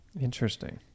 Interesting